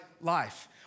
life